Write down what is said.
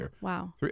wow